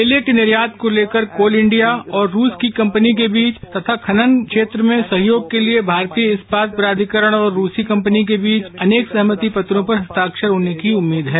कोयले के निर्यात को लेकर कोल इंडिया और रूस की कंपनी के बीच तथा खनन क्षेत्र में सहयोग के लिए भारतीय इस्पात प्राधिकरण और रूसी कंपनी के बीच अनेक सहमति पत्रों पर हस्ताक्षर होने की उम्मीद है